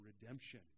redemption